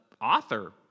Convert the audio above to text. author